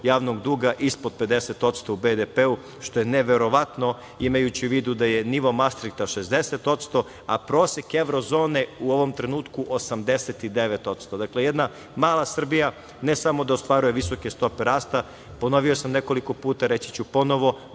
javnog duga ispod 50% u BDP-u, što je neverovatno, imajući u vidu da je nivo Mastrihta 60%, a prosek evro zone u ovom trenutku 89%.Dakle, jedna mala Srbija ne samo da ostvaruje visoke stope rasta. Ponovio sam nekoliko puta, reći ću ponovo,